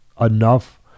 enough